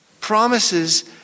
promises